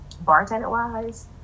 Bartender-wise